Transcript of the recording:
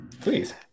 please